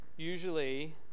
Usually